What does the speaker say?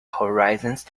horizons